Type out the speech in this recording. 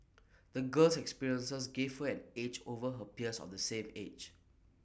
the girl's experiences gave her an edge over her peers of the same age